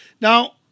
Now